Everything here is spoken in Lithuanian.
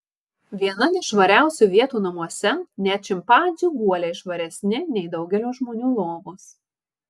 viena nešvariausių vietų namuose net šimpanzių guoliai švaresni nei daugelio žmonių lovos